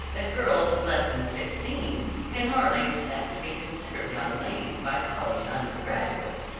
that girls of less than sixteen can hardly expect to be considered young ladies by college undergraduates,